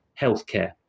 healthcare